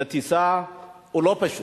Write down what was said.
בטיסה, הוא לא פשוט.